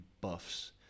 buffs